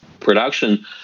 Production